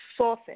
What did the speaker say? sourcing